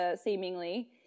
seemingly